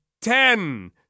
Ten